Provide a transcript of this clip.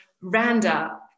Randa